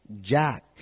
Jack